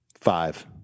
Five